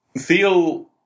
feel